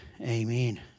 amen